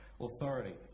authority